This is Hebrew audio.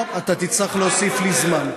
טוב, תצטרך להוסיף לי זמן.